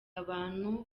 abantu